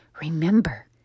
Remember